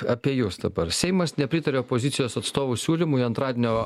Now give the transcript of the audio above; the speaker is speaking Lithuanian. apie jus dabar seimas nepritaria opozicijos atstovų siūlymui antradienio